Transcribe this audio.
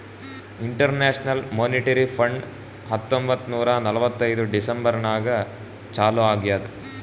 international monetary fund ಹತ್ತೊಂಬತ್ತ್ ನೂರಾ ನಲ್ವತ್ತೈದು ಡಿಸೆಂಬರ್ ನಾಗ್ ಚಾಲೂ ಆಗ್ಯಾದ್